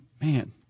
man